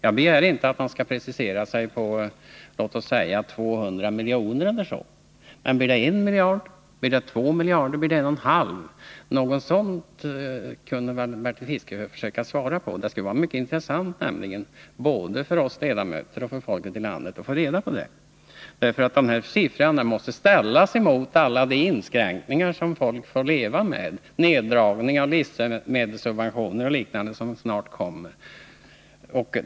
Jag begär inte att Bertil Fiskesjö skall precisera sig ens på 200 miljoner när, men han kanske kan säga om det blir 1 miljard, 2 miljarder eller 1,5 miljarder? Det skulle vara mycket intressant både för oss ledamöter och för folk i allmänhet att få reda på detta. Siffran måste ställas mot alla de inskränkningar som folk får leva med — neddragning av livsmedelssubventioner och liknande, som snart kommer.